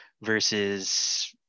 versus